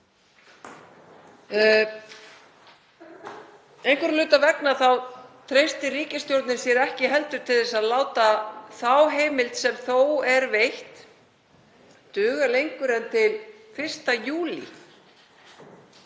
Einhverra hluta vegna treystir ríkisstjórnin sér ekki heldur til að láta þá heimild sem þó er veitt, duga lengur en til 1. júlí.